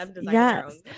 Yes